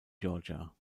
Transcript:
georgia